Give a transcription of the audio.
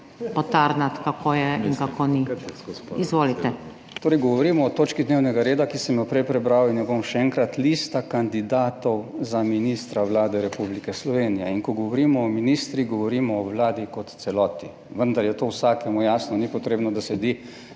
ZVONKO ČERNAČ (PS SDS):** Torej, govorimo o točki dnevnega reda, ki sem jo prej prebral in jo bom še enkrat, lista kandidatov za ministra Vlade Republike Slovenije. In ko govorimo o ministrih, govorimo o vladi kot celoti. Vendar je to vsakemu jasno, Ni potrebno, da sedi